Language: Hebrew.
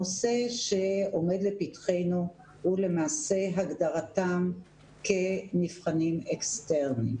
הנושא שעומד לפתחנו הוא למעשה הגדרתם כנבחנים אקסטרניים.